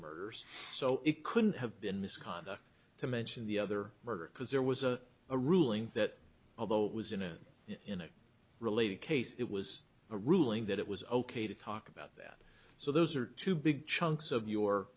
murders so it couldn't have been misconduct to mention the other murder because there was a a ruling that although was in a in a related case it was a ruling that it was ok to talk about that so those are two big chunks of your